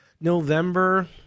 November